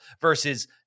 versus